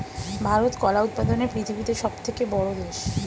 ভারত কলা উৎপাদনে পৃথিবীতে সবথেকে বড়ো দেশ